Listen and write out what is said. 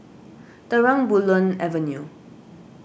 Terang Bulan Avenue